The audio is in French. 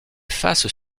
faces